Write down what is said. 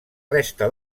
resta